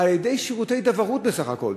על-ידי שירותי דוורות בסך הכול.